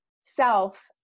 self